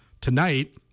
tonight